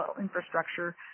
infrastructure